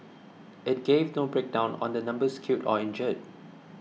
it gave no breakdown on the numbers killed or injured